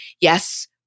Yes